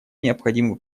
необходимы